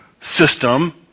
system